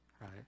right